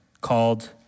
called